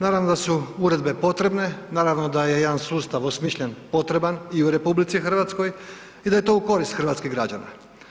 Naravno da su uredbe potrebne, naravno da je jedan sustav osmišljen potreban i u RH i da je to u korist hrvatskih građana.